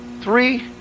Three